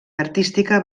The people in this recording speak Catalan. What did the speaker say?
artística